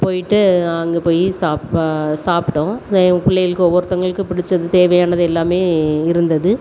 போய்ட்டு அங்கே போய் சாப் சாப்பிட்டோம் எங்கள் பிள்ளைங்களுக்கு ஒவ்வொருத்தவர்களுக்கு பிடிச்சது தேவையானது எல்லாமே இருந்தது